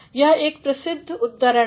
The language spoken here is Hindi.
यह एक प्रसिद्ध उद्धरण है